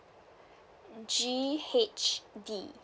G H D